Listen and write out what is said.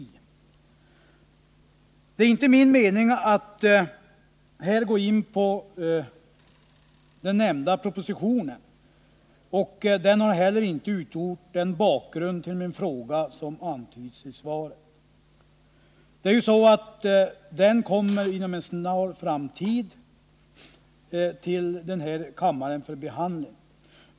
Det är inte min mening att här gå in på den nämnda propositionen, och den har heller inte utgjort den bakgrund till min fråga som det antyds i svaret. Det är ju så att den kommer till kammaren för behandling inom en snar framtid.